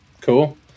Cool